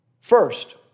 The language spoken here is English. First